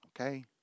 Okay